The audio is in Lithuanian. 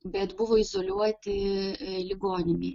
bet buvo izoliuoti ligoninėj